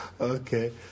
Okay